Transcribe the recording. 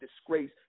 disgrace